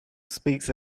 speaks